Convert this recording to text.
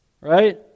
right